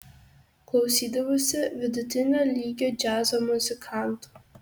klausydavausi vidutinio lygio džiazo muzikantų